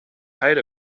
height